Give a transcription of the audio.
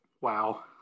Wow